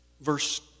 verse